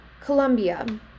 Colombia